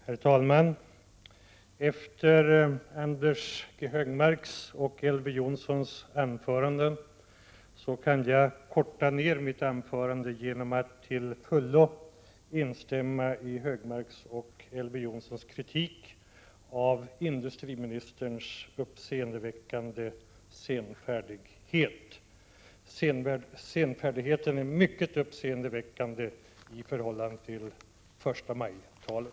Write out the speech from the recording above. Herr talman! Efter anförandena av Anders G Högmark och Elver Jonsson kan jag korta ned mitt anförande genom att till fullo instämma i deras kritik av industriministerns uppseendeväckande senfärdighet. Senfärdigheten är mycket uppseendeväckande med tanke på förstamajtalet.